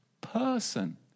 person